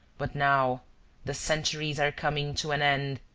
but now the centuries are coming to an end,